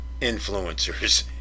influencers